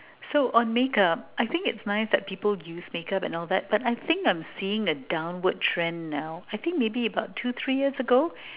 so on makeup I think it's nice that people use makeup and all that but I think I'm seeing a downward trend now I think maybe about two three years ago